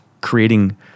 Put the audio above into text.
creating